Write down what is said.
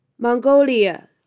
Mongolia